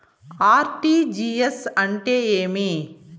RTGS అంటే ఏమి